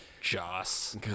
Joss